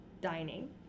dining